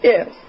Yes